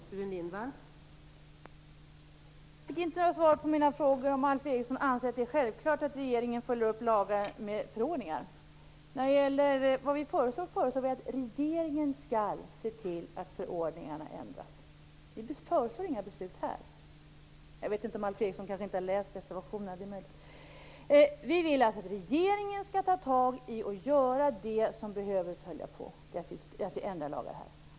Fru talman! Jag fick inte något svar på min fråga om Alf Eriksson anser att det är självklart att regeringen följer upp lagar med förordningar. Vi föreslår att regeringen skall se till att förordningarna ändras. Vi föreslår inga beslut. Men Alf Eriksson har kanske inte läst reservationen, det är ju möjligt. Vi vill att regeringen skall ta tag i det som behöver följa på att vi ändrar lagar.